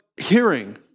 hearing